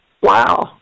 Wow